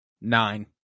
Nine